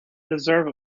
deserve